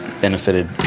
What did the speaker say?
Benefited